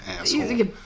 asshole